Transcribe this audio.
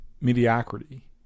mediocrity